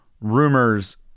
rumors